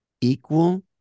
equal